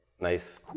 nice